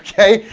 okay,